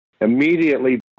Immediately